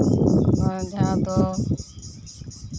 ᱱᱚᱜᱼᱚᱭ ᱡᱟᱦᱟᱸ ᱫᱚ